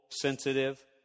sensitive